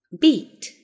beat